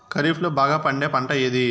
ఖరీఫ్ లో బాగా పండే పంట ఏది?